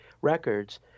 records